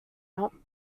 not